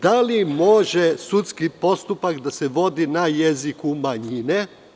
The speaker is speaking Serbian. Da li može sudski postupak da se vodi na jeziku manjine?